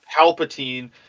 Palpatine